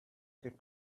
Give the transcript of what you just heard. could